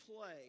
play